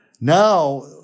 Now